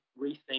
rethink